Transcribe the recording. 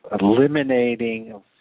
eliminating